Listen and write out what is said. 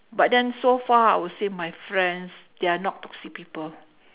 but then so far I will say my friends they are not toxic people